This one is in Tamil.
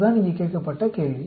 அதுதான் இங்கே கேட்கப்பட்ட கேள்வி